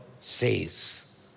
says